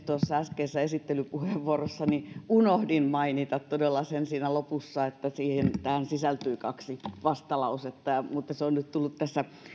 äskeisessä esittelypuheenvuorossani todella unohdin mainita siinä lopussa sen että tähän sisältyy kaksi vastalausetta mutta se on nyt tullut tässä